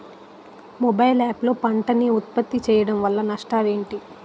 Mobile app లో పంట నే ఉప్పత్తి చేయడం వల్ల నష్టాలు ఏంటి?